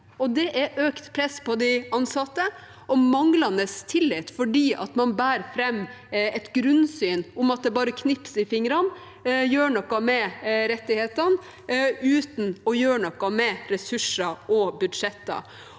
det er økt press på de ansatte og manglende tillit, for man bærer fram et grunnsyn om at det bare er å knipse i fingrene og gjøre noe med rettighetene uten å gjøre noe med ressurser og budsjetter.